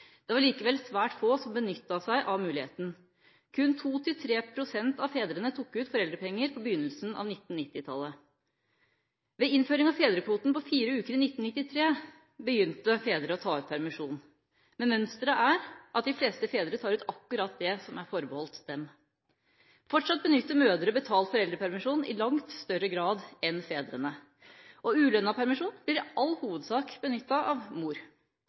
Det var likevel svært få som benyttet seg av muligheten. Kun 2–3 pst. av fedrene tok ut foreldrepenger på begynnelsen av 1990-tallet. Ved innføring av fedrekvote på fire uker i 1993 begynte fedre å ta ut permisjon. Men mønsteret er at de fleste fedre tar ut akkurat det som er forbeholdt dem. Fortsatt benytter mødre betalt foreldrepermisjon i langt større grad enn fedrene, og ulønnet permisjon blir i all hovedsak benyttet av mor.